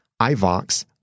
iVox